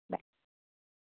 buy